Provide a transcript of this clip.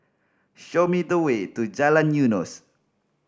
show me the way to Jalan Eunos